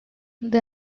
the